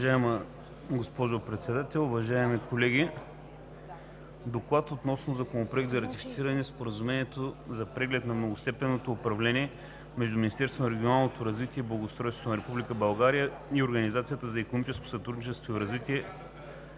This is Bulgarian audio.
Уважаема госпожо Председател, уважаеми колеги! „ДОКЛАД относно Законопроект за ратифициране на Споразумението за преглед на многостепенното управление между Министерството на регионалното развитие и благоустройството на Република България и Организацията за икономическо сътрудничество и развитие,